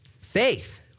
Faith